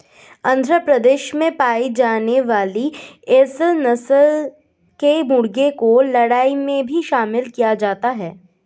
आंध्र प्रदेश में पाई जाने वाली एसील नस्ल के मुर्गों को लड़ाई में भी शामिल किया जाता है